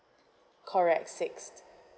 correct six